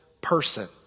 person